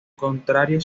contrario